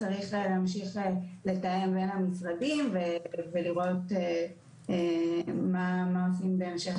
צריך להמשיך לתאם בין המשרדים ולראות מה עושים בהמשך.